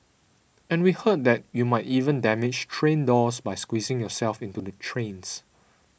and we heard that you might even damage train doors by squeezing yourself into the trains